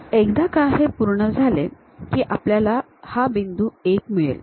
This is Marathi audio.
एकदा का हे पूर्ण झाले की आपल्याला हा बिंदू 1 मिळेल